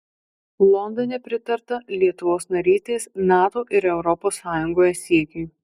londone pritarta lietuvos narystės nato ir europos sąjungoje siekiui